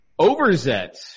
Overzet